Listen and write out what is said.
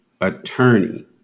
attorney